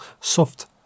soft